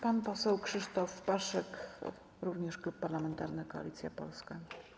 Pan poseł Krzysztof Paszyk, również klub parlamentarny Koalicja Polska.